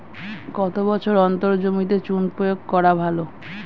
কত বছর অন্তর জমিতে চুন প্রয়োগ করা ভালো?